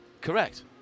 correct